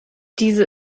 diese